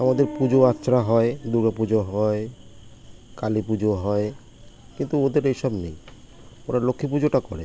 আমাদের পুজোআর্চা হয় দুর্গা পুজো হয় কালী পুজো হয় কিন্তু ওদের এই সব নেই ওরা লক্ষ্মী পুজোটা করে